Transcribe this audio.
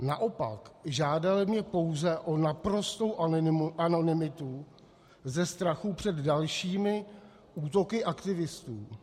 Naopak, žádali mě pouze o naprostou anonymitu ze strachu před dalšími útoky aktivistů.